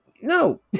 No